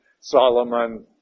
Solomon